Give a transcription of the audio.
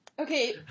Okay